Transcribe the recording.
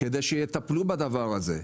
כדי שיטפלו בדבר הזה.